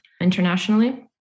internationally